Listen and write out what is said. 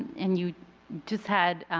and you just had